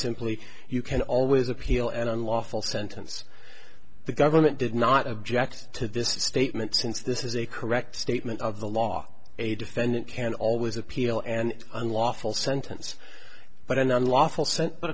simply you can always appeal an unlawful sentence the government did not object to this statement since this is a correct statement of the law a defendant can always appeal and unlawful sentence but an unlawful